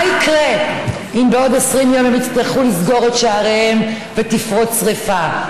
מה יקרה אם בעוד 20 יום הם יצטרכו לסגור את שעריהם ותפרוץ שרפה?